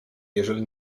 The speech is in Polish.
jeżeli